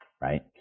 right